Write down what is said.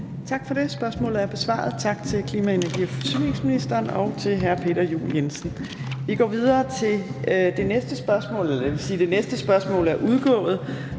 Tak for det. Spørgsmålet er besvaret. Tak til klima-, energi- og forsyningsministeren, og tak til hr. Peter Juel-Jensen. Vi går videre til det næste spørgsmål, eller det vil sige, at det næste spørgsmål er udgået